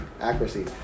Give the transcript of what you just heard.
Accuracy